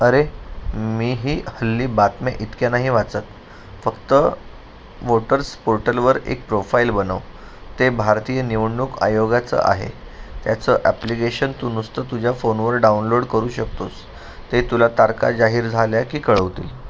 अरे मीही हल्ली बातम्या इतक्या नाही वाचत फक्त वोटर्स पोर्टलवर एक प्रोफाईल बनव ते भारतीय निवडणूक आयोगाचं आहे त्याचं ॲप्लिकेशन तू नुसतं तुझ्या फोनवर डाउनलोड करू शकतोस ते तुला तारखा जाहीर झाल्या की कळवतील